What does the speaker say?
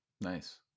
Nice